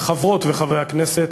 חברות וחברי הכנסת,